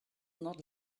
not